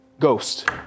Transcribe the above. Ghost